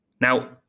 Now